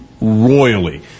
royally